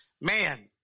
Man